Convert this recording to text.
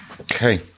Okay